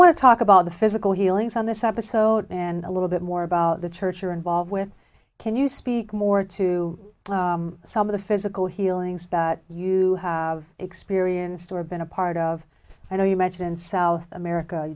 want to talk about the physical healings on this episode and a little bit more about the church you're involved with can you speak more to some of the physical healings that you have experienced or been a part of i know you met in south america